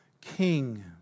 King